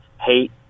hate